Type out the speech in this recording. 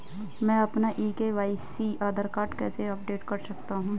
मैं अपना e KYC Aadhaar card कैसे अपडेट कर सकता हूँ?